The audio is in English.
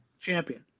champion